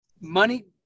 money